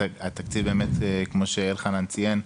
התקציב, כמו שאלחנן ציין,